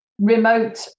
remote